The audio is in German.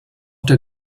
der